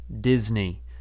Disney